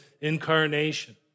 incarnation